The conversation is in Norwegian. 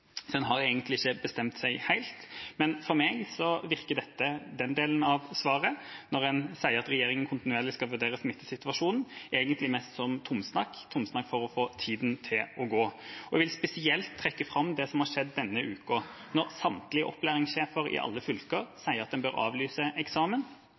har egentlig ikke bestemt seg helt. For meg virker den delen av svaret – når en sier at regjeringa kontinuerlig skal vurdere smittesituasjonen – egentlig mest som tomsnakk for å få tida til å gå. Jeg vil spesielt trekke fram det som har skjedd denne uken. Når samtlige opplæringssjefer i alle fylker sier at en bør avlyse eksamen,